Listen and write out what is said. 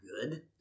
good